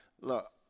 look